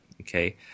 okay